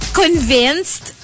convinced